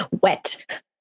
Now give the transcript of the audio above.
wet